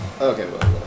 Okay